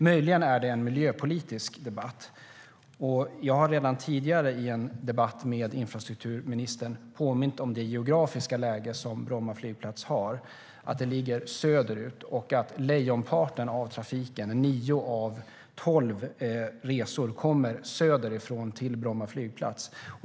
Möjligen är det en miljöpolitisk debatt. Jag har redan tidigare i en debatt med infrastrukturministern påmint om Bromma flygplats geografiska läge, att den ligger söderut och att lejonparten av trafiken, nio av tolv resor, kommer söderifrån till Bromma flygplats.